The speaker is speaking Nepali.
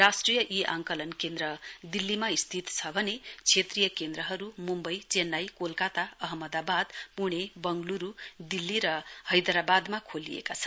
राष्ट्रिय आंकलन केन्द्र दिल्लीमा स्थित छ भने क्षेत्रीय केन्द्रहरु मुम्बई चेन्नाई कोलकाता अहमदावाद पुणे वंगलुरु दिल्ली र हैदरावादमा खोलिएका छन्